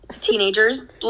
teenagers